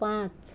पांच